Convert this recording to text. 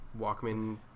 Walkman